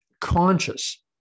conscious